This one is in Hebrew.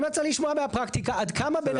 אני מציע לשמוע מהפרקטיקה עד כמה בן